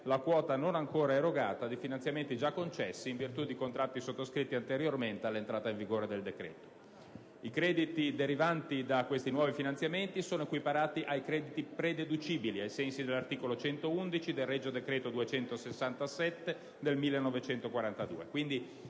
la quota non ancora erogata di finanziamenti già concessi in virtù di contratti sottoscritti anteriormente all'entrata in vigore del decreto. I crediti derivanti da tali nuovi finanziamenti sono equiparati ai crediti prededucibili, ai sensi dell'articolo 111 del regio decreto n. 267 del 1942.